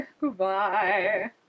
Goodbye